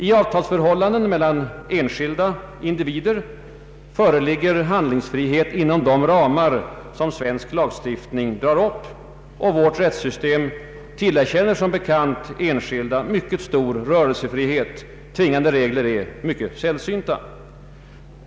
I avtalsförhållanden mellan enskilda individer föreligger handlingsfrihet inom de ramar som svensk lagstiftning drar upp, och vårt rättssystem tillerkänner som bekant enskilda mycket stor rörelsefrihet. Tvingande regler är mycket sällsynta.